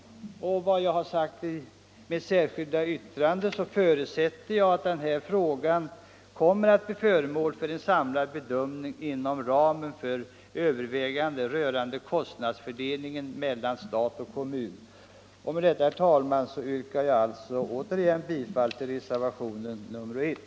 Som jag sagt i mitt särskilda yttrande förutsätter jag att denna fråga kommer att bli föremål för en samlad bedömning inom ramen för överväganden rörande kostnadsfördelningen mellan stat och kommun. Med detta, herr talman, yrkar jag åter bifall till reservationen 1.